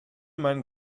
meinen